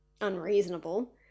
unreasonable